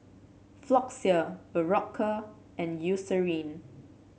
Floxia Berocca and Eucerin